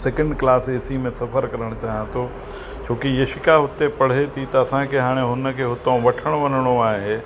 second class A C में सफ़र करणु चाहियां थो छो कि यशिका उते पढ़े थी त असांखे हाणे हुनखे हुतां वठणु वञिणो आहे